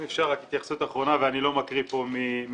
אם אפשר רק התייחסות אחרונה ואני לא מקריא פה ממילים.